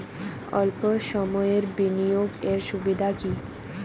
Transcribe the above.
অল্প সময়ের বিনিয়োগ এর সুবিধা কি?